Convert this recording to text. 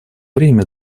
время